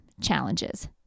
challenges